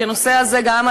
כי הנושא הזה עלה גם